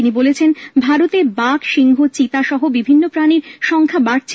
তিনি বলেছেন ভারতে বাঘ সিংহ চিতা সহ বিভিন্ন প্রাণীর সংখ্যা বাড়ছে